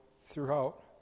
throughout